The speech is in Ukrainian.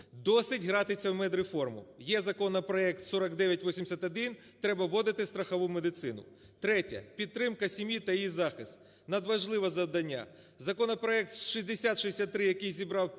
досить гратися в медреформу. Є законопроект 4981 треба вводити страхову медицину. Третє – підтримка сім'ї та її захист, надважливе завдання. Законопроект 6063, який зібрав п'ятдесят